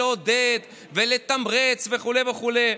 לעודד ולתמרץ וכו' וכו'.